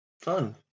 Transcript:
Fun